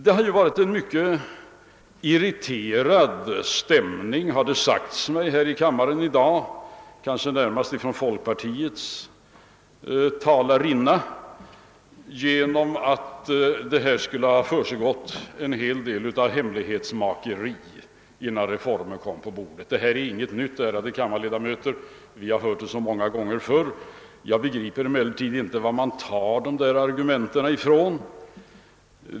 Det har ju varit en mycket irriterad stämning, har det sagts mig, här i kammaren i dag, som kanske närmast kommit till uttryck från folkpartiets talarinna, varvid gjorts gällande, att det skulle ha förekommit en hel del av hemlighetsmakeri, innan reformförslaget lades på bordet. Det är inget nytt, ärade kammarledamöter. Vi har hört det många gånger förr. Jag begriper emellertid inte, var man tar dessa argument ifrån.